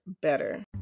better